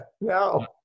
No